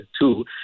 two